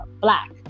black